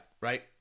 right